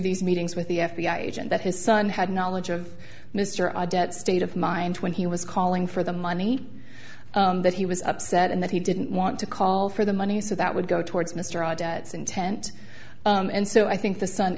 these meetings with the f b i agent that his son had knowledge of mr i dead state of mind when he was calling for the money that he was upset and that he didn't want to call for the money so that would go towards mr our debts intent and so i think the s